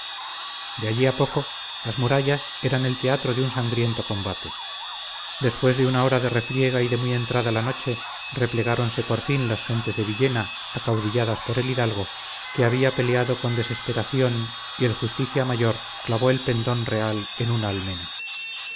allí a poco las murallas eran el teatro de un sangriento combate después de una hora de refriega y de muy entrada la noche replegáronse por fin las gentes de villena acaudilladas por el hidalgo que había peleado con desesperación y el justicia mayor clavó el pendón real en una almena